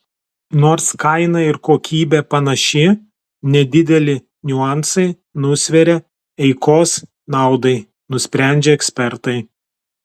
nors kaina ir kokybė panaši nedideli niuansai nusveria eikos naudai nusprendžia ekspertai